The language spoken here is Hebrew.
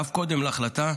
ואף קודם להחלטה,